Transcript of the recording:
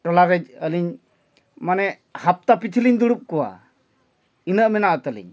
ᱴᱚᱞᱟᱨᱮ ᱟᱹᱞᱤᱧ ᱢᱟᱱᱮ ᱦᱟᱯᱛᱟ ᱯᱤᱪᱷᱤᱞᱤᱧ ᱫᱩᱲᱩᱵ ᱠᱚᱣᱟ ᱤᱱᱟᱹᱜ ᱢᱮᱱᱟᱜᱼᱟ ᱛᱟᱹᱞᱤᱧ